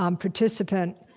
um participant,